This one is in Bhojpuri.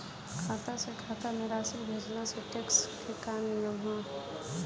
खाता से खाता में राशि भेजला से टेक्स के का नियम ह?